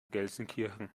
gelsenkirchen